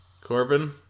corbin